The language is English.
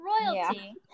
royalty